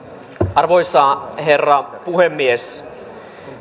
arvoisa herra puhemies